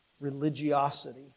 religiosity